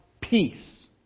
peace